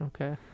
okay